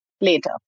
later